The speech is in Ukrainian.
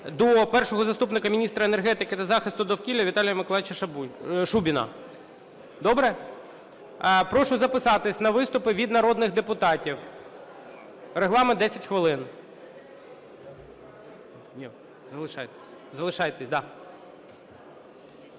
до першого заступника міністра енергетики та захисту довкілля Віталія Миколайовича Шубіна. Добре? Прошу записатися на виступи від народних депутатів. Регламент – 10 хвилин. Констанкевич